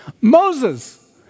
Moses